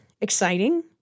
exciting